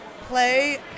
play